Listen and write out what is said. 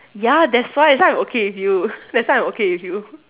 ya that's why that's why I'm okay with you that's why I'm okay with you